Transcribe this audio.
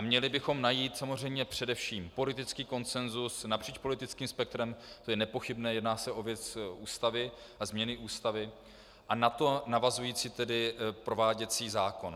Měli bychom samozřejmě najít především politický konsensus napříč politickým spektrem, to je nepochybné, jedná se o věc Ústavy a změny Ústavy a na to navazující prováděcí zákon.